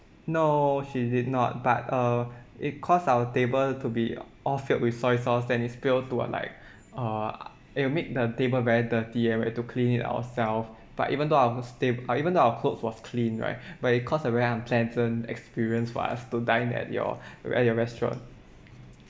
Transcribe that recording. no she did not but uh it cause our table to be all filled with soy sauce than it spilled to like uh it will make the table very dirty and we had to clean it ourself but even though our sta~ uh even though our clothes was clean right but it cause a very unpleasant experience for us to dine at your at your restaurant